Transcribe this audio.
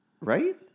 Right